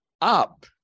up